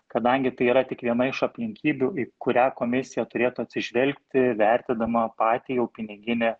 kadangi tai yra tik viena iš aplinkybių į kurią komisija turėtų atsižvelgti vertidama patį jau piniginį